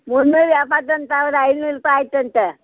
ಮುನ್ನೂರಾ ಎಪ್ಪತ್ತೊಂದು ಐನೂರು ರೂಪಾಯಿ ಆಯಿತಂತೆ